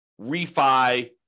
refi